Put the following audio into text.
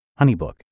HoneyBook